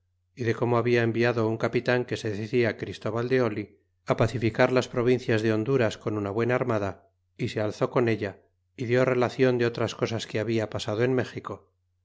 como habla enviado un capitan que se decia christóval de oil pacificar las pro vincias de honduras con una buena armada y se alzó con ella y dió relacion de otras cosas que habla pasado en méxico